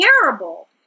terrible